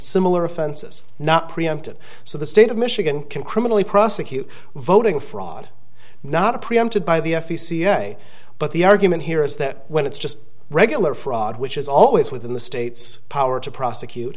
similar offenses not preempted so the state of michigan can criminally prosecute voting fraud not a preempted by the f e c yeah but the argument here is that when it's just regular fraud which is always within the state's power to prosecute